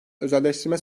özelleştirme